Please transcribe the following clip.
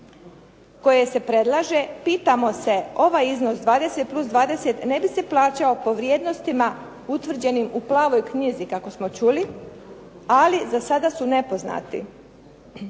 koje se predlaže. Pitamo se, ovaj iznos 20 plus 20 ne bi se plaćao po vrijednostima utvrđenim u plavoj knjizi kako smo čuli, ali za sada su nepoznati.